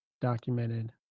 documented